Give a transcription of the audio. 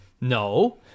No